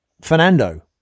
Fernando